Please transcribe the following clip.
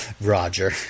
Roger